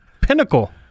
pinnacle